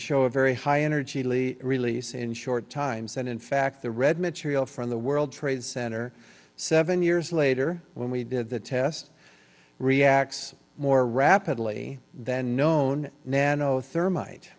show a very high energy lee release in short times and in fact the red material from the world trade center seven years later when we did the test reacts more rapidly than known nano